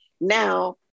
Now